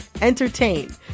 entertain